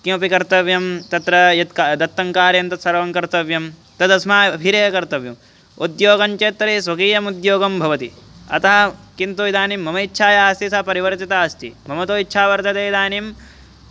किमपि कर्तव्यं तत्र यत् क दत्तं कार्यं तत्सर्वं कर्तव्यं तदस्माभिरेव कर्तव्यम् उद्योगञ्चेत् तर्हि स्वकीयम् उद्योगं भवति अतः किन्तु इदानीं मम इच्छा या अस्ति सा परिवर्तिता अस्ति मम तु इच्छा वर्तते इदानीं